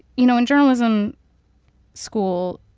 you know, in journalism school,